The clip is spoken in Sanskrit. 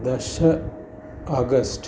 दश आगस्ट्